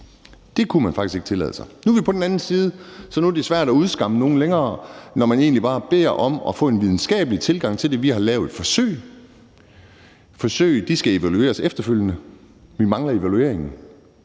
kunne man faktisk ikke tillade sig. Nu er vi på den anden side, så nu er det svært at udskamme nogen længere, når man egentlig bare beder om at få en videnskabelig tilgang til det. Vi har lavet et forsøg, og forsøg skal evalueres efterfølgende, og vi mangler evalueringen.